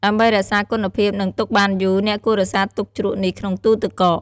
ដើម្បីរក្សាគុណភាព និងទុកបានយូរ អ្នកគួររក្សាទុកជ្រក់នេះក្នុងទូទឹកកក។